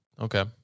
Okay